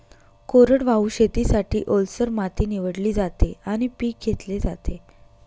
कोरडवाहू शेतीसाठी, ओलसर माती निवडली जाते आणि पीक घेतले जाते